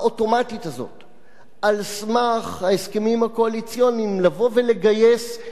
על סמך ההסכמים הקואליציוניים לבוא ולגייס קואליציה ציונית.